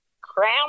Crown